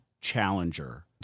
challenger